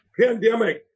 pandemic